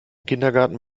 kindergarten